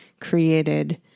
created